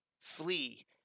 Flee